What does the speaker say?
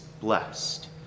blessed